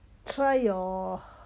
try your